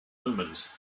omens